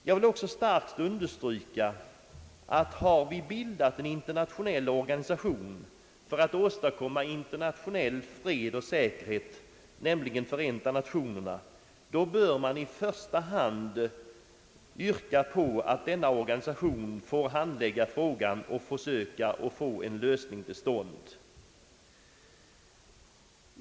Jag vill också starkt understryka att har vi bildat en internationell organisation för att åstadkomma internationell fred och säkerhet, nämligen Förenta Nationerna, då bör man i första hand yrka på att denna organisation får handlägga frågan och försöka få en lösning till stånd.